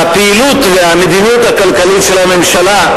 והפעילות והמדיניות הכלכלית של הממשלה,